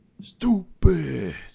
Stupid